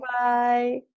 bye